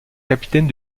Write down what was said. capitaine